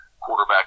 quarterback